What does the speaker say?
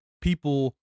people